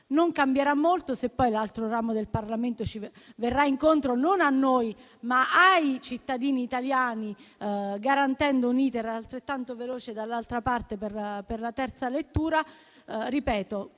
non cambierà molto, se poi l'altro ramo del Parlamento verrà incontro non a noi, ma ai cittadini italiani, garantendo un *iter* altrettanto veloce per la terza lettura.